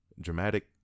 dramatic